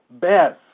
best